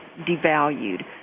devalued